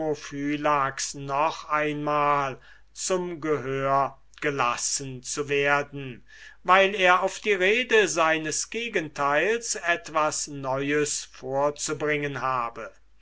nomophylax noch einmal zum gehör gelassen zu werden weil er auf die rede seines gegenteils etwas neues vorzubringen habe